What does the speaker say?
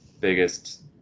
biggest